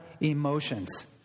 emotions